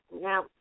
Now